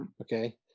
Okay